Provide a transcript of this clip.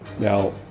Now